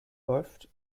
läuft